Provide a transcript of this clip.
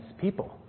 people